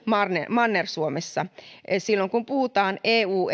manner suomessa silloin kun puhutaan eu